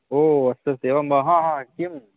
ओ अस्तु अस्तु एवं वा हा हा किं